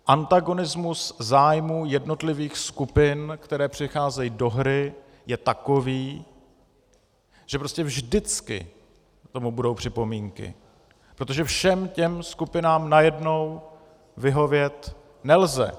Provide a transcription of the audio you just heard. Antagonismus zájmů jednotlivých skupin, které přicházejí do hry, je takový, že prostě vždycky k tomu budou připomínky, protože všem těm skupinám najednou vyhovět nelze.